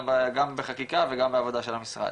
גם בחקיקה וגם בעבודה של המשרד.